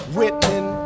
Whitman